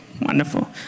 Wonderful